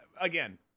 again